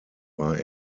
war